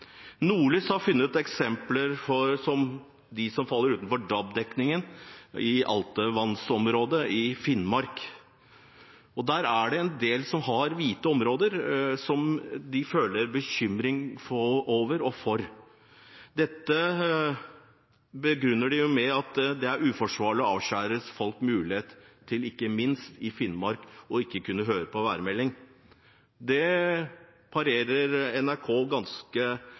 Nordlys har funnet eksempler på dem som faller utenfor DAB-dekningen – i Altevatn-området og i Finnmark. Der er det en del hvite områder, noe de er bekymret over. Dette begrunner de med at det er uforsvarlig å avskjære folks mulighet til – ikke minst i Finnmark – å kunne høre på værmeldingen. Det parerer NRK ganske